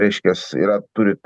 reiškias yra turit